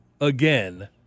again